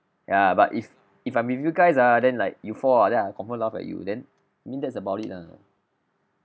ya but if if I'm with you guys ah then like you fall then I confirmed laugh at you then I mean that's about it ah